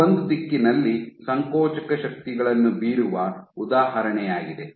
ಇದು ಒಂದು ದಿಕ್ಕಿನಲ್ಲಿ ಸಂಕೋಚಕ ಶಕ್ತಿಗಳನ್ನು ಬೀರುವ ಉದಾಹರಣೆಯಾಗಿದೆ